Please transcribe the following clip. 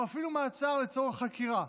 או אפילו מעצר לצורך חקירה.